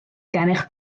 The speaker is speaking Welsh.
gennych